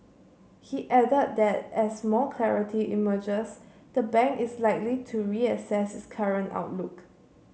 he added that as more clarity emerges the bank is likely to reassess its current outlook